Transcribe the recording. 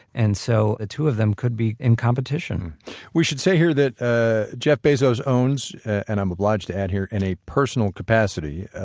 and so, two of them could be in competition we should say here that ah jeff bezos owns and i'm obliged to add here in a personal capacity,